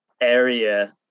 area